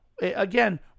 again